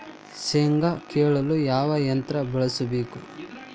ಶೇಂಗಾ ಕೇಳಲು ಯಾವ ಯಂತ್ರ ಬಳಸಬೇಕು?